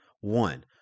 One